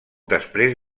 després